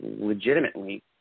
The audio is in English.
legitimately